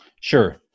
Sure